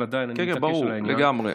כן, כן, ברור לגמרי.